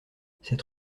cette